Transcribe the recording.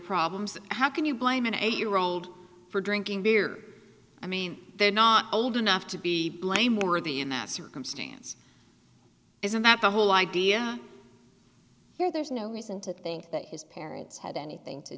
problems how can you blame an eight year old for drinking beer i mean they're not old enough to be blameworthy in that circumstance isn't that the whole idea there's no reason to think that his parents had anything to